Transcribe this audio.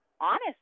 honest